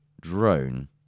drone